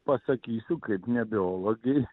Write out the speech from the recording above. pasakysiu kaip ne biologei